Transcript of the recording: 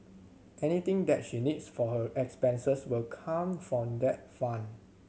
anything that she needs for her expenses will come from that fund